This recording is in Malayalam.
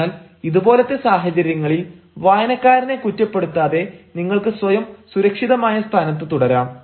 അതിനാൽ ഇതുപോലത്തെ സാഹചര്യങ്ങളിൽ വായനക്കാരനെ കുറ്റപ്പെടുത്താതെ നിങ്ങൾക്ക് സ്വയം സുരക്ഷിതമായ സ്ഥാനത്ത് തുടരാം